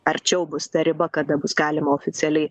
arčiau bus ta riba kada bus galima oficialiai